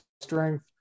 strength